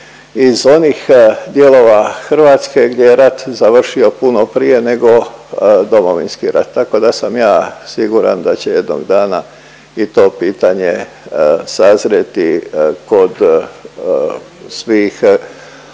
iz onih dijelova Hrvatske gdje je rat završio puno prije nego Domovinski rat. Tako da sam ja siguran da će jednog dana i to pitanje sazrjeti kod svih ovdje